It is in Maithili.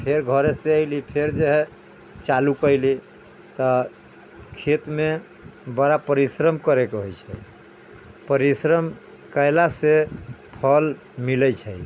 तऽ फेर घरे से अयली फेर जे है चालू कयली तऽ खेत मे बड़ा परिश्रम करय के होइ छै परिश्रम कयला से फल मिलै छै